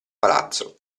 palazzo